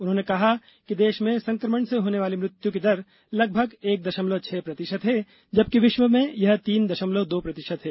उन्होंने कहा कि देश में संक्रमण से होने वाली मृत्यु की दर लगभग एक दशमलव छह पांच प्रतिशत है जबकि विश्व में यह तीन दशमलव दो प्रतिशत है